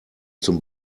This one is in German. zum